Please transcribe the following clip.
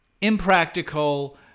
impractical